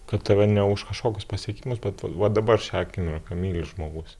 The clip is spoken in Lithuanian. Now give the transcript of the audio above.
kad tave ne už kažkokius pasiekimus bet va va dabar šią akimirką myli žmogus